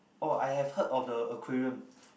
oh I have heard of the aquarium